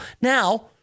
Now